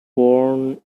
born